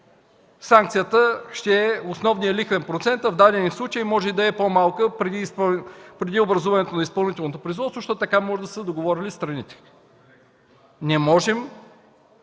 санкцията ще е основният лихвен процент, в дадения случай може да е и по-малка – преди образуването на изпълнителното производство, защото така може да са се договорили страните. Не можем